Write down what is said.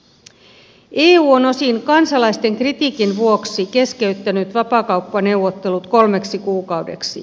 eu on osin kansalaisten kritiikin vuoksi keskeyttänyt vapaakauppaneuvottelut kolmeksi kuukaudeksi